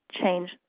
change